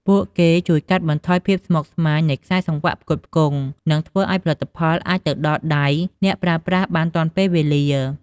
ពួកគេជួយកាត់បន្ថយភាពស្មុគស្មាញនៃខ្សែសង្វាក់ផ្គត់ផ្គង់ និងធ្វើឱ្យផលិតផលអាចទៅដល់ដៃអ្នកប្រើប្រាស់បានទាន់ពេលវេលា។